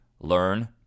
Learn